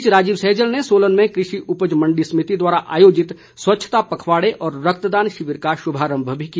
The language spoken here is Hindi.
इस बीच राजीव सहजल ने सोलन में कृषि उपज मंडी समिति द्वारा आयोजित स्वच्छता पखवाड़े व रक्तदान शिविर का शुभारंभ भी किया